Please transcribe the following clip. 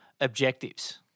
objectives